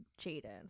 Jaden